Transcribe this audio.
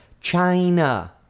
China